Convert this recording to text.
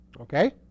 okay